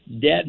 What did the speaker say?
Debt